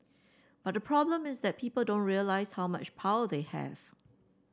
but the problem is that people don't realise how much power they have